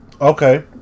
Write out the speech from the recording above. Okay